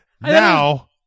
Now